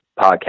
podcast